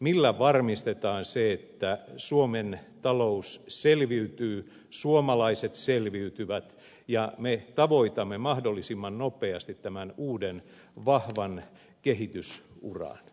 millä varmistetaan se että suomen talous selviytyy suomalaiset selviytyvät ja me tavoitamme mahdollisimman nopeasti tämän uuden vahvan kehitysuran